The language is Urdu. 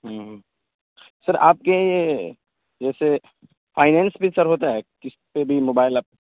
ہوں سر آپ کے جیسے فائننس پہ سر ہوتا ہے قسط پہ بھی موبائل آپ